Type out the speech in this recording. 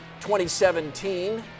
2017